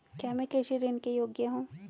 क्या मैं कृषि ऋण के योग्य हूँ?